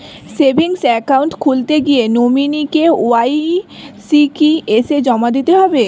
Savings account খুলতে গিয়ে nominee KYC কি এসে জমা দিতে হবে?